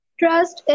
trust